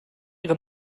ihre